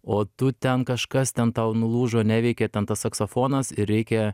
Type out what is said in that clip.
o tu ten kažkas ten tau nulūžo neveikia ten tas saksofonas ir reikia